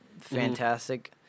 fantastic